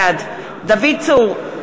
בעד דוד צור,